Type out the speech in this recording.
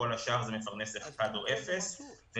כאשר בכל השאר יש מפרנס אחד או אפס מפרנסים,